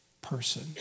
person